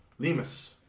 Lemus